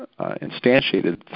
instantiated